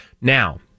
Now